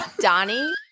Donnie